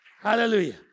Hallelujah